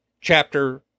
chapter